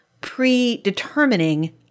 predetermining